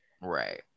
Right